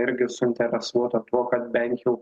irgi suinteresuota tuo kad bent jau